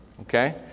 Okay